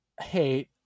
hate